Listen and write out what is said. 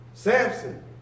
Samson